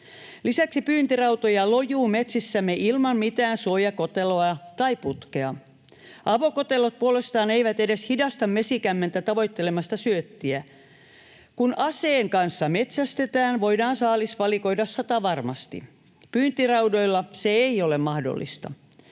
Lisäksi pyyntirautoja lojuu metsissämme ilman mitään suojakoteloa tai ‑putkea. Avokotelot puolestaan eivät edes hidasta mesikämmentä tavoittelemasta syöttiä. Kun aseen kanssa metsästetään, voidaan saalis valikoida satavarmasti. Pyyntiraudoilla se ei ole mahdollista.